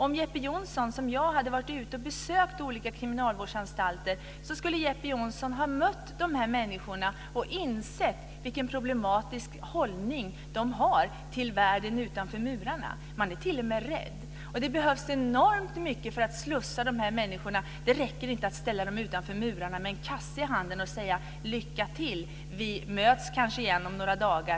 Om Jeppe Johnsson som jag hade varit ute och besökt olika kriminalvårdsanstalter, så skulle han ha mött dessa människor och insett vilken problematisk hållning som de har till världen utanför murarna. De är t.o.m. rädda. Och det behövs enormt mycket för att slussa ut dessa människor. Det räcker inte att ställa dem utanför murarna med en kasse i handen och säga: Lycka till, vi möts kanske igen om några dagar.